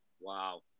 Wow